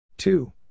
Two